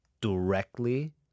directly